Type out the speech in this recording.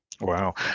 Wow